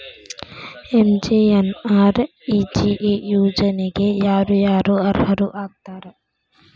MGNREGA ಯೋಜನೆಗೆ ಯಾರ ಯಾರು ಅರ್ಹರು ಆಗ್ತಾರ?